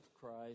Christ